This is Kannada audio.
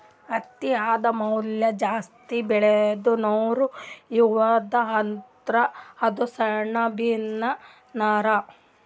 ಹತ್ತಿ ಆದಮ್ಯಾಲ ಜಾಸ್ತಿ ಬೆಳೇದು ನಾರ್ ಯಾವ್ದ್ ಅಂದ್ರ ಅದು ಸೆಣಬಿನ್ ನಾರ್